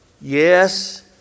yes